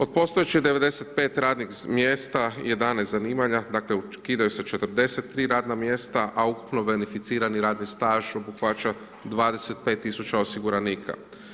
Od postojećih 95 radnih mjesta, 11 zanimanja, dakle, ukidaju se 43 radna mjesta, a ukupni verificirani radni staž obuhvaća 25 tisuća osiguranika.